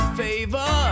favor